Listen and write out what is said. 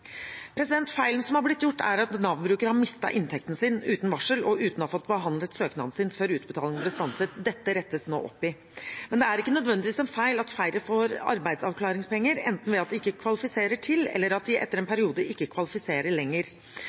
Feilen som har blitt gjort, er at Nav-brukere har mistet inntekten sin, uten varsel og uten å ha fått behandlet søknaden sin før utbetalingene ble stanset. Dette rettes nå opp i. Men det er ikke nødvendigvis en feil at færre får arbeidsavklaringspenger, enten ved at de ikke kvalifiserer til det, eller at de etter en periode ikke kvalifiserer lenger.